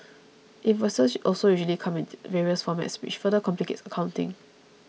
invoices also usually come in various formats which further complicates accounting